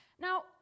Now